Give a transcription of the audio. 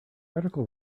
article